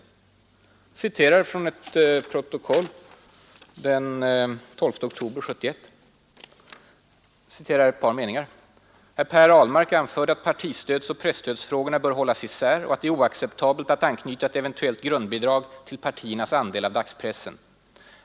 Jag vill citera ett par meningar ur ett utredningsprotokoll den 12 oktober 1971: ”Herr Per Ahlmark anförde att partistödsoch presstödsfrågorna bör hållas isär och att det är oacceptabelt att anknyta ett eventuellt grundbidrag till partiernas andel av dagspressen.